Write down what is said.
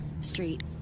Street